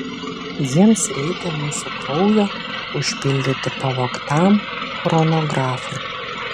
jiems reikia mūsų kraujo užpildyti pavogtam chronografui